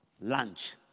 lunch